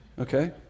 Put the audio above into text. okay